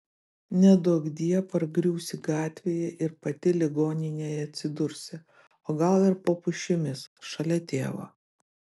neduokdie pargriūsi gatvėje ir pati ligoninėje atsidursi o gal ir po pušimis šalia tėvo